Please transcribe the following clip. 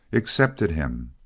accepted him.